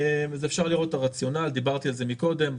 אז אפשר לראות את הרציונל, דיברתי על זה מקודם.